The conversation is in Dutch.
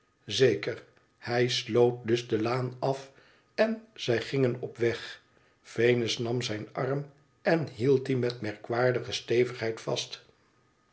zeker hij sloot dus de laan af en zij gingen op weg venus nam zijn arm en hield dien met merkwaardige stevigheid vast